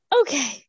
Okay